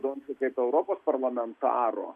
donskio kaip europos parlamentaro